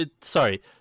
sorry